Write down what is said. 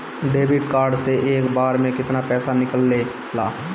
Debit card से एक बार मे केतना पैसा निकले ला?